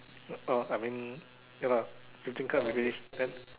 orh I mean ya fifteen card you finish can